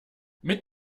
mit